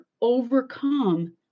overcome